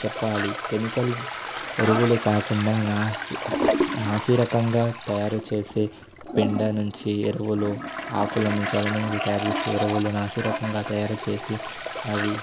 చెప్పాలి కెమికల్ ఎరువులు కాకుండా నాస్ నాసిరకంగా తయారుచేసే పేడ నుంచి ఎరువులు ఆకులనుండి అలములనుంచి తయారుచేసే ఎరువులు నాసిరకంగా తయారుచేసి అవి